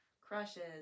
crushes